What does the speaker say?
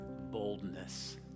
boldness